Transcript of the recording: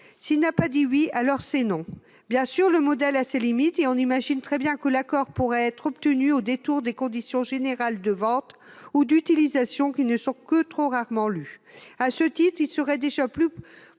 S'il n'a pas dit oui, alors c'est non ! Bien sûr, le modèle a ses limites, et on imagine très bien que l'accord du consommateur pourrait être obtenu au détour des conditions générales de vente ou d'utilisation, qui ne sont que trop rarement lues. À ce titre, il serait déjà plus